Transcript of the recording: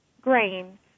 grain